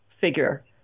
figure